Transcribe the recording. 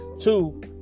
Two